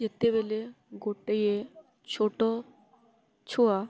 ଯେତେବେଳେ ଗୋଟିଏ ଛୋଟ ଛୁଆ